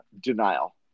denial